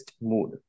mood